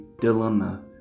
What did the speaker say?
dilemma